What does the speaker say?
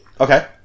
Okay